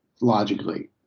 logically